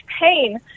pain